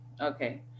Okay